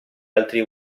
altri